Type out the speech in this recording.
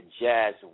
Jazz